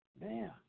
Man